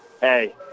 hey